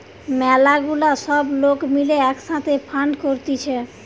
ম্যালা গুলা সব লোক মিলে এক সাথে ফান্ড করতিছে